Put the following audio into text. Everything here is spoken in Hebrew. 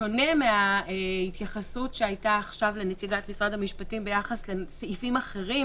בשונה מההתייחסות שהייתה עכשיו לנציגת משרד המשפטים ביחס לסעיפים אחרים